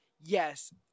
Yes